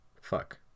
Fuck